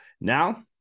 Now